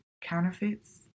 counterfeits